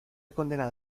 condenado